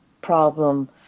problem